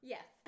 Yes